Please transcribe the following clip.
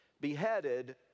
beheaded